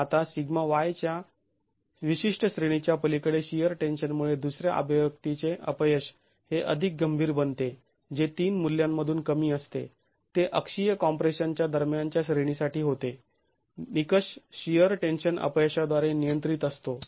आता σy च्या विशिष्ट श्रेणीच्या पलीकडे शिअर टेन्शनमुळे दुसऱ्या अभिव्यक्तीचे अपयश हे अधिक गंभीर बनते जे तीन मूल्यांमधून कमी असते ते अक्षीय कॉम्प्रेशन च्या दरम्यानच्या श्रेणीसाठी होते निकष शिअर टेन्शन अपयशाद्वारे नियंत्रित असतो